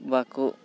ᱵᱟᱠᱚ